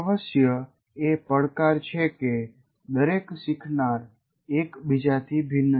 અવશ્ય એ પડકાર છે કે દરેક શીખનાર એક બીજાથી ભિન્ન છે